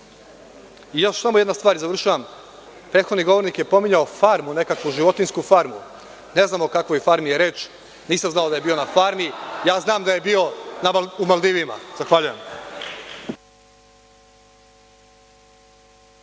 naveo. Još samo jedan stvar i završavam. Prethodni govornik je pominjao farmu, nekakvu životinjsku farmu. Ne znam o kakvoj farmi je reč. Nisam znao da je bio na farmi, ja znam da je bio na Maldivima. Zahvaljujem.